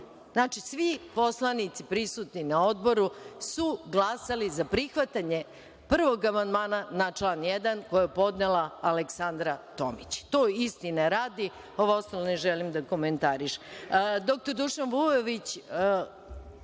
Znači, svi poslanici prisutni na Odboru su glasali za prihvatanje prvog amandmana na član 1. koji je podnela Aleksandra Tomić. To istine radi, ovo ostalo ne želim da komentarišem. Doktor Dušan Vujović,